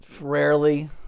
Rarely